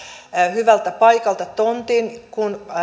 hyvältä paikalta tontin kun